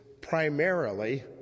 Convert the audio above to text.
primarily